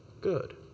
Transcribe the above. good